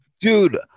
dude